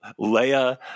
Leia